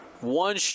one